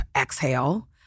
exhale